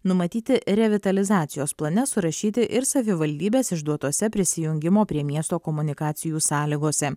numatyti revitalizacijos plane surašyti ir savivaldybės išduotose prisijungimo prie miesto komunikacijų sąlygose